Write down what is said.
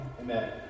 Amen